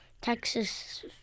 Texas